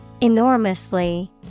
Enormously